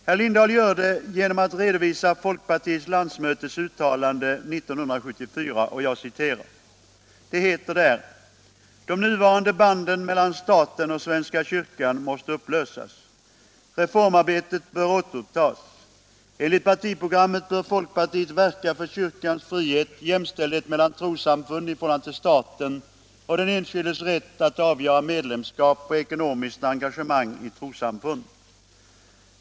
Herr Lindahl gör det genom att redovisa folkpartiets landsmötes uttalande år 1974. Detta uttalande lyder: ”De nuvarande banden mellan staten och Svenska kyrkan måste upplösas. Reformarbetet bör återupptas. Enligt partiprogrammet bör folkpartiet verka för kyrkans frihet, jämställdhet mellan trossamfunden i förhållande till staten och den enskildes rätt att själv avgöra medlemskap och ekonomiskt engagemang i trossamfund.